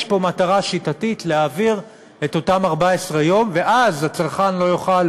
יש פה מטרה שיטתית להעביר את אותם 14 יום ואז הצרכן לא יוכל